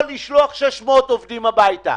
או לשלוח 600 עובדים הביתה?